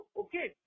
okay